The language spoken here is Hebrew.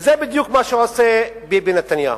וזה בדיוק מה שעושה ביבי נתניהו.